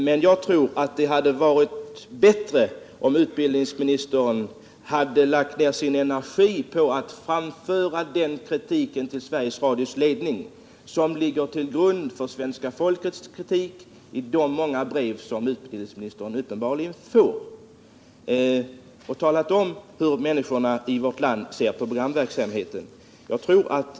Men jag tror att det hade varit bättre om utbildningsministern hade lagt ner sin energi på att till Sveriges Radios ledning framföra den kritik som ligger till grund för svenska folkets klagomål i de många brev som utbildningsministern uppenbarligen får och tala om hur människorna i vårt land ser på programverksamheten.